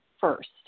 first